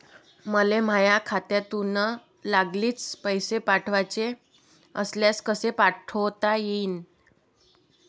मले माह्या खात्यातून लागलीच पैसे पाठवाचे असल्यास कसे पाठोता यीन?